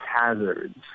hazards